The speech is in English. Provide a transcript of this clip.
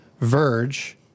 VERGE